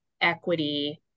equity